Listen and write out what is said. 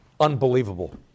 Unbelievable